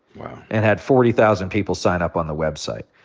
wow. and had forty thousand people sign up on the website.